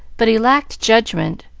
but he lacked judgment,